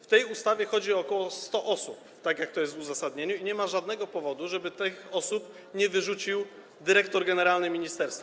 W tej ustawie chodzi o ok. 100 osób, tak jak to jest w uzasadnieniu, i nie ma żadnego powodu, żeby tych osób nie wyrzucił dyrektor generalny ministerstwa.